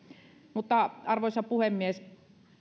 arvoisa puhemies